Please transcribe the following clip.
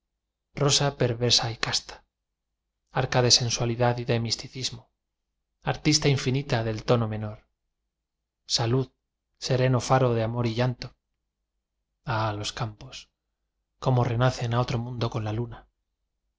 rosa perversa y casta arca de sensualidad y de misticismo artis ta infinita del tono menor salud sereno faro de amor y llanto ah los campos cómo renacen a otro mundo con la luna el